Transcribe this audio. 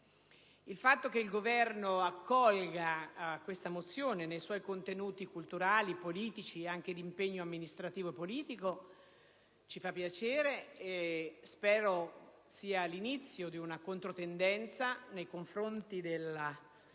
Il fatto che il Governo accolga questa mozione nei suoi contenuti culturali, politici e anche d'impegno amministrativo e politico, ci fa piacere e spero sia l'inizio di una controtendenza nei confronti del